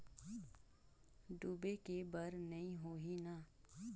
डूबे के बर नहीं होही न?